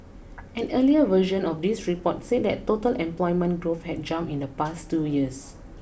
an earlier version of this report said total employment growth had jumped in the past two years